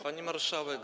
Pani Marszałek!